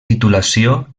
titulació